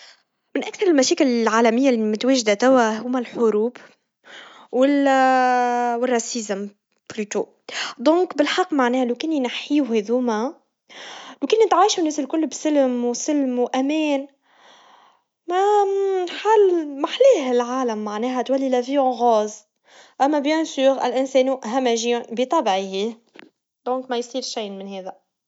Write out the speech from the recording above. من أكثر المشاكل, العالميا المتواجدا توا, هما الحروب, وال والعنصريا كثيرا, إذاً بالحق معناها لو كني نحيهم هيزوما, بنكون نتعايش الناس الكل بسلم وسلم, وأمان, ما- محل- محلاه العالم, معناها تولي الشغف, أما بكل تأكيد, الإنسان همجي بطبعه, لذا ما يصير شي من هذا.